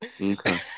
Okay